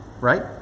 Right